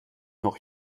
noch